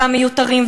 הכספים המיותרים,